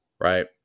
Right